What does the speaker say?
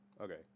okay